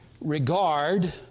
regard